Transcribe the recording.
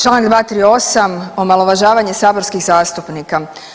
Čl. 238., omalovažavanje saborskih zastupnika.